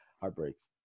heartbreaks